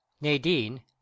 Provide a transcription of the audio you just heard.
Nadine